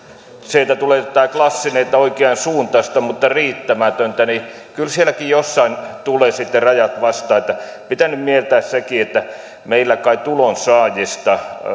sieltä tulee tämä klassinen että oikeansuuntaista mutta riittämätöntä niin kyllä sielläkin jossain tulevat sitten rajat vastaan pitää nyt mieltää sekin että kun meillä kai tulonsaajista